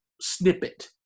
snippet